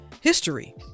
History